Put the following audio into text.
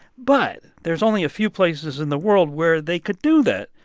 but there's only a few places in the world where they could do that,